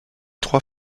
trois